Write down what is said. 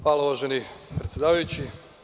Hvala uvaženi predsedavajući.